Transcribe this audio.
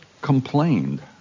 complained